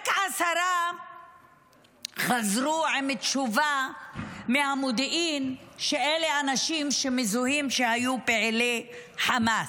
רק עשרה חזרו עם תשובה מהמודיעין שאלה אנשים שמזוהים כפעילי חמאס.